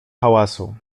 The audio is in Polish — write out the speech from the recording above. hałasu